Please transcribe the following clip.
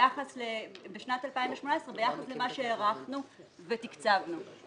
בשנת 2018 ביחס למה שהערכנו ותקצבנו.